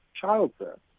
childbirth